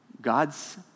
God's